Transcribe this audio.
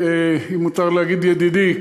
אם מותר להגיד ידידי,